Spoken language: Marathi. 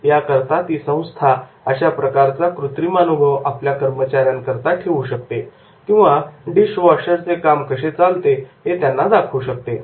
याकरिता ती संस्था अशाप्रकारचा कृत्रिमानुभव आपल्या कर्मचाऱ्यांकरीता ठेवू शकते किंवा डिश वॉशरचे काम कसे चालते हे त्यांना दाखवू शकते